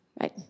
right